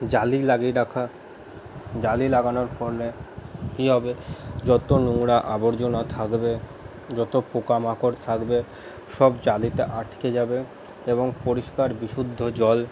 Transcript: জালি লাগিয়ে রাখা জালি লাগানোর ফলে কি হবে যত নোংরা আবর্জনা থাকবে যত পোকামাকড় থাকবে সব জালিতে আটকে যাবে এবং পরিষ্কার বিশুদ্ধ জল